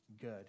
good